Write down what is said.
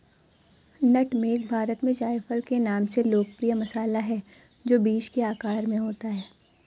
नट मेग भारत में जायफल के नाम से लोकप्रिय मसाला है, जो बीज के आकार में होता है